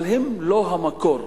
אבל הן לא המקור,